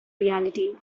reality